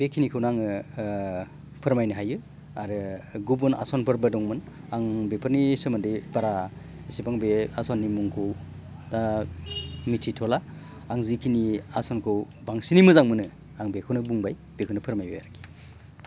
बे खिनिखौनो आङो फोरमायनो हायो आरो गुबुन आसनफोरबो दंमोन बेफोरनि सोमोनदै आं बारा एसेबां बे आसननि मुंखौ दा मिथिथ'ला आं जि आसनखौ बांसिनै मोजां मोनो आं बेखौनो बुंबाय बेखौनो फोरमायबाय आरोखि